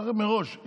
צריך מראש,